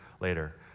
later